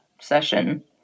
session